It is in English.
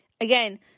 Again